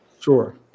Sure